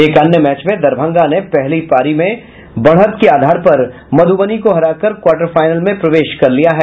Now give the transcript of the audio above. एक अन्य मैच में दरभंगा ने पहली पारी में बढ़त के आधार पर मधुबनी को हराकर क्वार्टर फाइनल में प्रवेश कर लिया है